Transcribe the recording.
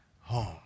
home